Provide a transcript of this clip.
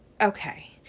Okay